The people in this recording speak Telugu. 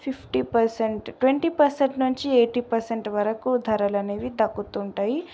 ఫిఫ్టీ పర్సెంట్ ట్వెంటీ పర్సెంట్ నుంచి ఎయిటీ పర్సెంట్ వరకు ధరలు అనేవి తగ్గుతుంటాయి